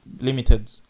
limited